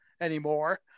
anymore